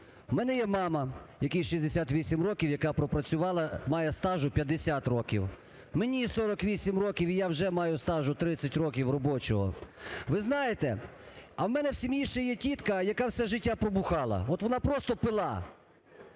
У мене є мама, якій 68 років, яка пропрацювала, має стажу 50 років. Мені 48 років - і я вже маю стажу 30 років робочого. Ви знаєте, а в мене сім'ї ще є тітка, яка все життя "пробухала", от вона просто пила.